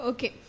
Okay